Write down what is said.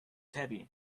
heavy